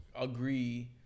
agree